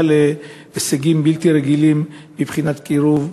להישגים בלתי רגילים מבחינת קירוב הלבבות,